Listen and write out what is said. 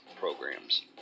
programs